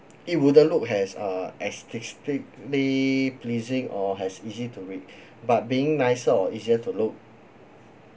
it wouldn't look as uh aesthetically pleasing or as easy to read but being nicer or easier to look